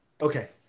okay